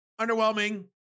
underwhelming